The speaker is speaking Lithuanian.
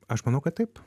aš manau kad taip